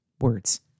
words